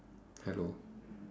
hello